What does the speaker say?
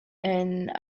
and